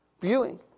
viewing